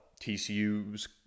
TCU's